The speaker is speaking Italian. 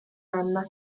anna